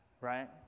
right